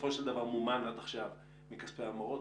שמומן עד עכשיו מכספי ההמרות,